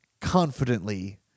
confidently